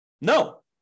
No